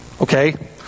Okay